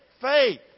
Faith